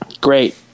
Great